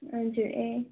हजुर ए